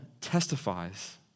testifies